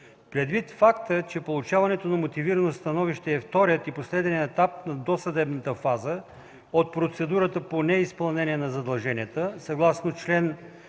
Предвид факта, че получаването на мотивирано становище е вторият и последен етап на досъдебната фаза от процедурата по неизпълнение на задълженията, съгласно чл.